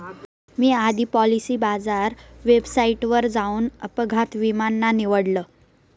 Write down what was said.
मी आधी पॉलिसी बाजार वेबसाईटवर जाऊन अपघात विमा ला निवडलं